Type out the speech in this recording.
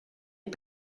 est